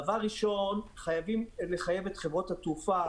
ראשית, חייבים לחייב את חברות התעופה,